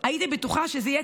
הייתי בטוחה שזה יהיה קל.